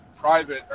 private